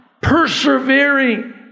persevering